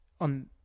on